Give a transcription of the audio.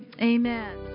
Amen